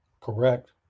Correct